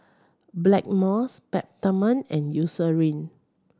Blackmores Peptamen and Eucerin